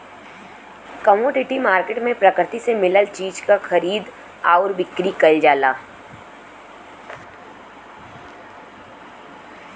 commodity market में प्रकृति से मिलल चीज क खरीद आउर बिक्री कइल जाला